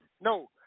no